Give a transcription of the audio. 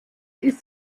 ist